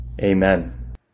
Amen